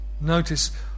notice